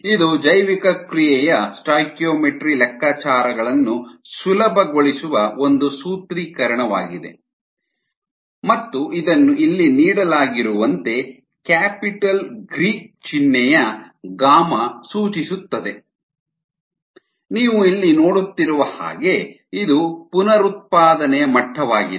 ಇದು ಜೈವಿಕಕ್ರಿಯೆಯ ಸ್ಟಾಯ್ಕಿಯೋಮೆಟ್ರಿ ಲೆಕ್ಕಾಚಾರಗಳನ್ನು ಸುಲಭಗೊಳಿಸುವ ಒಂದು ಸೂತ್ರೀಕರಣವಾಗಿದೆ ಮತ್ತು ಇದನ್ನು ಇಲ್ಲಿ ನೀಡಲಾಗಿರುವಂತೆ ಕ್ಯಾಪಿಟಲ್ ಗ್ರೀಕ್ ಚಿಹ್ನೆಯ ಗಾಮಾ ಸೂಚಿಸುತ್ತದೆ ನೀವು ಇಲ್ಲಿ ನೋಡುತ್ತಿರುವ ಹಾಗೆ ಇದು ಪುನರುತ್ಪಾದನೆಯ ಮಟ್ಟವಾಗಿದೆ